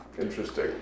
Interesting